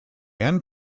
and